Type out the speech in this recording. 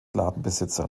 ladenbesitzer